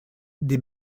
des